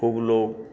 खूब लोक